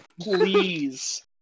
please